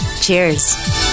Cheers